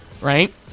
right